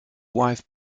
wife